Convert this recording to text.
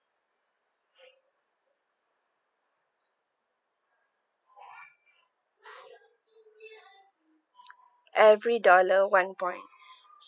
every dollar one point